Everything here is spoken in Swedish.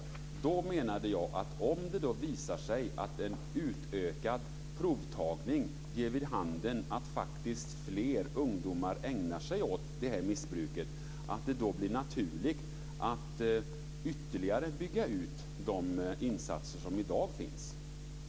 Jag menade att om det visar sig att en utökad provtagning ger vid handen att fler ungdomar faktiskt ägnar sig åt det här missbruket blir det naturligt att ytterligare bygga ut de insatser som i dag finns.